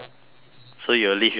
so you will leave yourself alone